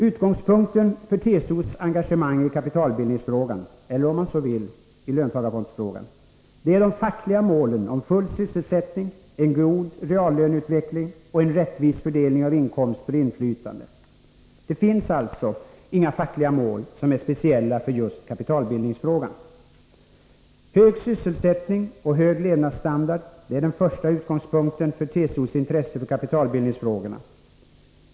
Utgångspunkten för TCO:s engagemang i kapitalbildningsfrågan eller — om man så vill — i löntagarfondsfrågan är de fackliga målen om full sysselsättning, en god reallöneutveckling och en rättvis fördelning av inkomster och inflytande. Det finns alltså inga fackliga mål som är speciella för just kapitalbildningsfrågan. Hög sysselsättning och hög levnadsstandard är den första utgångspunkten för TCO:s intresse för kapitalbildningsfrågorna.